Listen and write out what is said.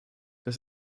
das